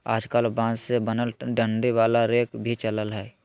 आजकल बांस से बनल डंडी वाला रेक भी चलल हय